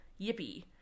Yippee